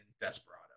Desperado